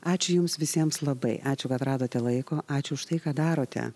ačiū jums visiems labai ačiū kad radote laiko ačiū už tai ką darote